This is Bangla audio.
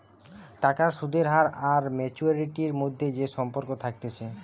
টাকার সুদের হার আর ম্যাচুয়ারিটির মধ্যে যে সম্পর্ক থাকতিছে